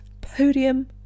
podium